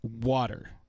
water